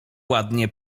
ładnie